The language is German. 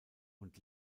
und